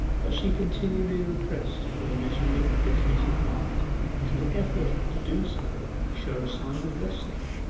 but she continually repressed her misery and bitterness of heart till the effort to do so showed signs of lessening.